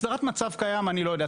הסדרת המצב הקיים, אני לא יודע.